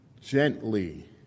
gently